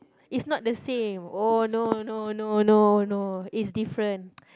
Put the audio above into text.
is not the same orh no no no no no is different